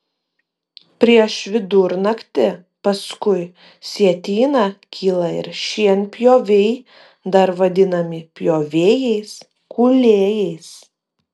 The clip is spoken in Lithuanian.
prieš vidurnaktį paskui sietyną kyla ir šienpjoviai dar vadinami pjovėjais kūlėjais